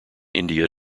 india